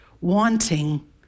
wanting